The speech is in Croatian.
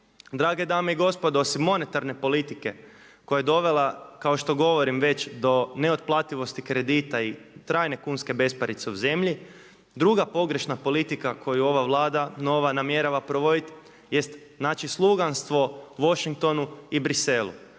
Drage dame i gospodo osim monetarne politike koja je dovela kao što govorim već do neotplativosti kredita i trajne kunske besparice u zemlji, druga pogrešna politika koju ova Vlada nova namjerava provoditi jest znači sluganstvo Washingtonu i Bruxellesu.